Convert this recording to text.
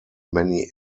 many